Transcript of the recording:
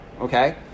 okay